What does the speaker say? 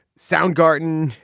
soundgarden.